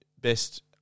best